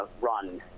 run